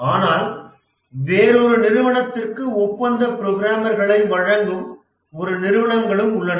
ஆனால் வேறொரு நிறுவனத்திற்கு ஒப்பந்த புரோகிராமர்களை வழங்கும் ஒரு நிறுவனங்களும் உள்ளன